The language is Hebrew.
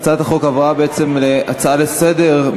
הצעת החוק הפכה בעצם להצעה לסדר-היום.